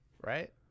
right